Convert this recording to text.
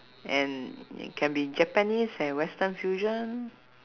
and can be japanese and western fusion